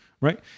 right